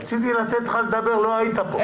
יוראי להב הרצנו, רציתי לתת לך לדבר ולא היית פה.